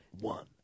one